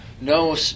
no